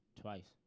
Twice